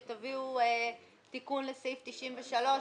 שתביאו תיקון לסעיף 93,